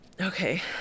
okay